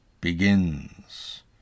begins